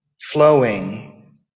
flowing